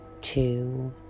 two